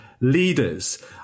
leaders